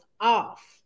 off